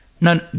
No